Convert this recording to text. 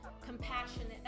compassionate